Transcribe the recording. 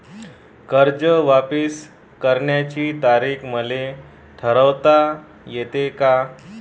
कर्ज वापिस करण्याची तारीख मले ठरवता येते का?